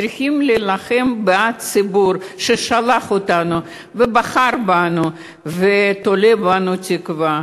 צריכים להילחם בעד הציבור ששלח אותנו ובחר בנו ותולה בנו תקווה.